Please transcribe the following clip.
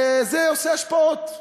לכן, זה עושה השפעות.